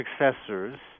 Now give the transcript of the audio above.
successors